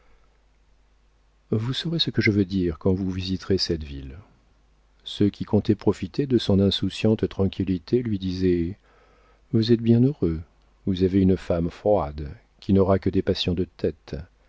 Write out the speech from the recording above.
vous saurez ce que je veux dire quand vous visiterez cette ville ceux qui comptaient profiter de son insouciante tranquillité lui disaient vous êtes bien heureux vous avez une femme froide qui n'aura que des passions de tête